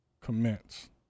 commence